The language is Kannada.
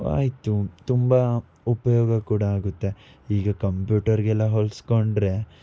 ಆಯಿತು ತುಂಬ ಉಪಯೋಗ ಕೂಡ ಆಗುತ್ತೆ ಈಗ ಕಂಪ್ಯೂಟರ್ಗೆಲ್ಲ ಹೋಲಿಸ್ಕೊಂಡ್ರೆ